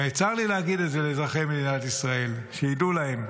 צר לי להגיד את זה לאזרחי מדינת ישראל, שידעו להם,